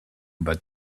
about